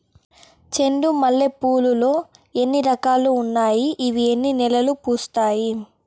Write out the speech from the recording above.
చెండు మల్లె పూలు లో ఎన్ని రకాలు ఉన్నాయి ఇవి ఎన్ని నెలలు పూస్తాయి